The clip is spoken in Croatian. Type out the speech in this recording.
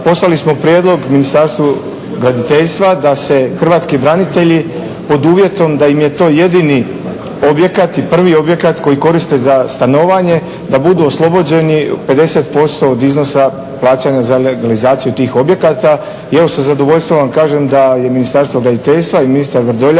poslali smo prijedlog Ministarstvu graditeljstva da se hrvatski branitelji pod uvjetom da im je to jedini objekat i prvi objekat koji koriste za stanovanje da budu oslobođeni 50% od iznosa plaćanja za legalizaciju tih objekata. I evo sa zadovoljstvom vam kažem da je Ministarstvo graditeljstva i ministar Vrdoljak